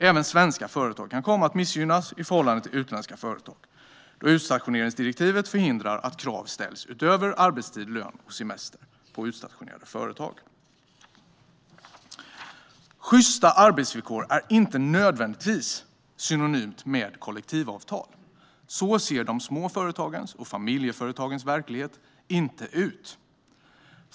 Också svenska företag kan komma att missgynnas i förhållande till utländska företag eftersom utstationeringsdirektivet förhindrar att krav utöver arbetstid, lön och semester ställs på utstationerande företag. Sjysta arbetsvillkor är inte nödvändigtvis synonymt med kollektivavtal. De små företagens och familjeföretagens verklighet ser inte ut på detta sätt.